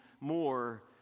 more